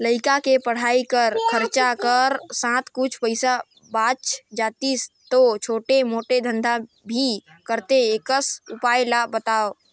लइका के पढ़ाई कर खरचा कर साथ कुछ पईसा बाच जातिस तो छोटे मोटे धंधा भी करते एकस उपाय ला बताव?